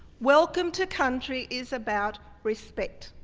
welcome to country is about respect.